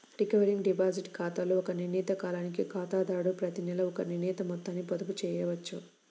recurring deposit ఖాతాలో ఒక నిర్ణీత కాలానికి ఖాతాదారుడు ప్రతినెలా ఒక నిర్ణీత మొత్తాన్ని పొదుపు చేయవచ్చు